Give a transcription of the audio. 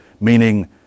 meaning